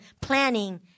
planning